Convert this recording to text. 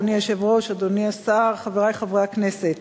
אדוני היושב-ראש, אדוני השר, חברי חברי הכנסת,